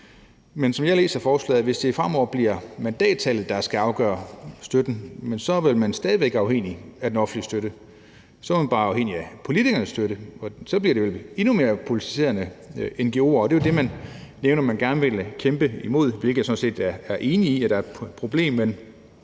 Men som jeg læser forslaget, vil man stadig væk, hvis det fremover bliver mandattallet, der skal afgøre støtten, være afhængig af den offentlige støtte. Så er man bare afhængig af politikernes støtte, og så bliver det vel endnu mere politiserede ngo'er, og det er jo det, man nævner man gerne vil kæmpe imod – og jeg er sådan set enig i, at det er et problem.